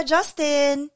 Justin